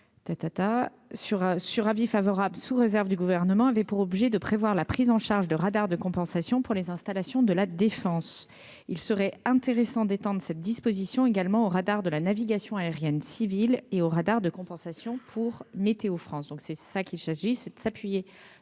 sur avis favorable sous réserve du gouvernement avait pour objet de prévoir la prise en charge de radars de compensation pour les installations de la Défense, il serait intéressant d'étendre cette disposition également au radar de la navigation aérienne civile et aux radars de compensation pour météo France, donc c'est ça qu'il s'agisse de s'appuyer